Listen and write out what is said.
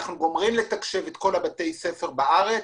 אנחנו גומרים לתקשב את כל בתי הספר בארץ,